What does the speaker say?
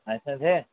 licence है